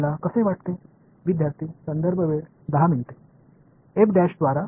எனவே நான் மாற்ற வேண்டும் என்று நீங்கள் எப்படி நினைக்கிறீர்கள்